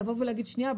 לבוא ולהגיד שנייה,